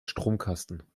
stromkasten